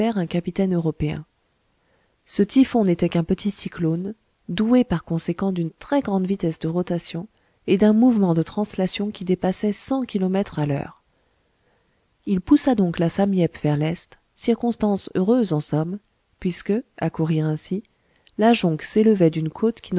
un capitaine européen ce typhon n'était qu'un petit cyclone doué par conséquent d'une très grande vitesse de rotation et d'un mouvement de translation qui dépassait cent kilomètres à l'heure il poussa donc la sam yep vers l'est circonstance heureuse en somme puisque à courir ainsi la jonque s'élevait d'une côte